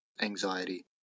anxiety